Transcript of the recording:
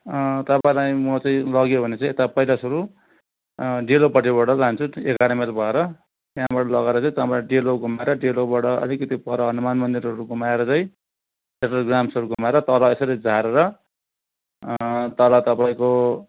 तपाईँलाई म चाहिँ लग्यो भने चाहिँ यता पहिला सुरु डेलोपट्टिबाट लान्छु त्यो एघार माइल भएर त्यहाँबाट लगेर चाहिँ तपाईँको डेलो घुमेर डेलोबाट अलिकति पर हुनुमान मन्दिरहरू घुमाएर चाहिँ डक्टर ग्राम्सहरू घुमाएर तल यसरी झारेर तल तपाईँको